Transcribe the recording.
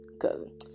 cousin